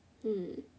mm